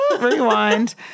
Rewind